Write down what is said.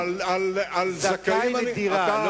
זכאים לדירה,